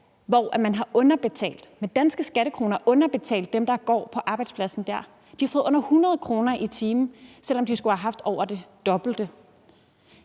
hvor man har underbetalt – med danske skattekroner – dem, der går påarbejdspladsen der. De har fået under 100 kr. i timen, selv om de skulle have haft over det dobbelte.